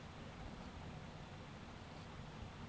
মিষ্টি পালির পুকুর, লদিতে যে সব বেপসার জনহ মুক্তা চাষ ক্যরে